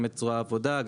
זרוע העבודה,